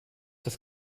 das